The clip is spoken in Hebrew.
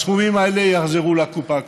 הסכומים האלה יחזרו לקופה הכוללת.